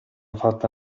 fatta